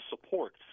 support